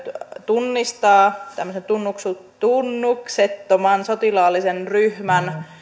tunnistaa tämmöisen tunnuksettoman tunnuksettoman sotilaallisen ryhmän